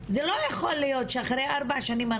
- זה לא יכול להיות שאחרי ארבע שנים,